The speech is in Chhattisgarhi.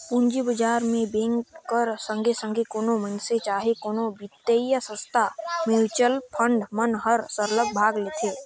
पूंजी बजार में बेंक कर संघे संघे कोनो मइनसे चहे कोनो बित्तीय संस्था, म्युचुअल फंड मन हर सरलग भाग लेथे